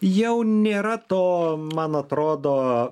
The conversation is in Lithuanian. jau nėra to man atrodo